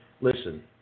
listen